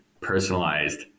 personalized